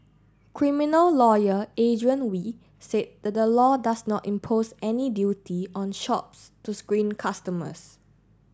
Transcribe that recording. criminal lawyer Adrian Wee said that the law does not impose any duty on shops to screen customers